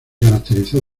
caracterizó